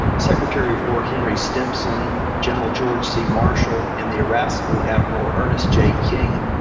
secretary of war henry stimson, general george c. marshall, and the irascible admiral ernest j. king,